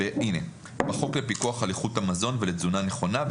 בחוק לפיקוח על איכות המזון ולתזונה נכונה,